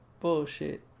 Bullshit